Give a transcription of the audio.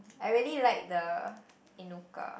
I really like the Inuka